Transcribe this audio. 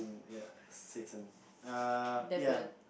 ya satan err ya